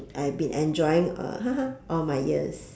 I've been enjoying uh all my years